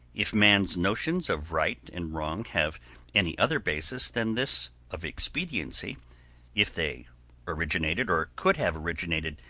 if man's notions of right and wrong have any other basis than this of expediency if they originated, or could have originated,